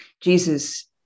Jesus